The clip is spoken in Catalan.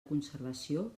conservació